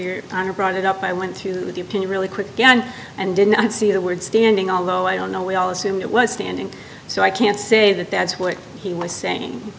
your honor brought it up i went to the opinion really quick and and did not see the word standing although i don't know we all assumed it was standing so i can't say that that's what he was saying